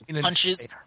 punches